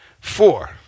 Four